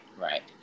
Right